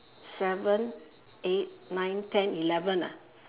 seven eight nine ten eleven ah